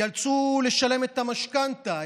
ייאלצו לשלם את המשכנתה,